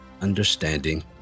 understanding